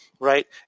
Right